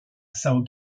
são